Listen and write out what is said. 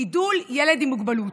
גידול ילד עם מוגבלות,